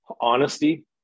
Honesty